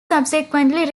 subsequently